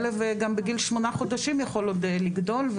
כלב יכול גם בגיל שמונה חודשים עוד לגדול,